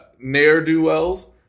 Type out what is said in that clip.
ne'er-do-wells